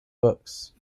books